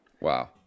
Wow